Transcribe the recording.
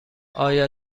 آیا